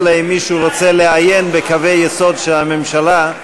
אלא אם מישהו רוצה לעיין בקווי היסוד של הממשלה.